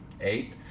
Eight